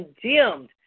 condemned